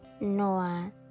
noah